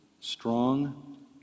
strong